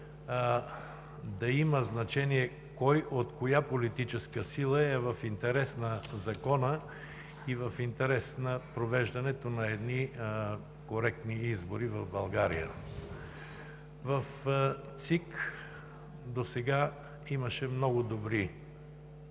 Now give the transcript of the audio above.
да има значение кой от коя политическа сила е, в интерес на закона и в интерес на провеждането на коректни избори в България. Досега в ЦИК имаше много добри